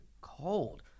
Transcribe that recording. cold